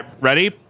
ready